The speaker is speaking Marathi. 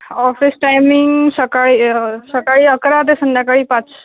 ऑफिस टायमिंग सकाळी सकाळी अकरा ते संध्याकाळी पाच